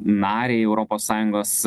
narei europos sąjungos